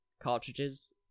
cartridges